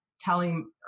telling